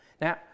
Now